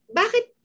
bakit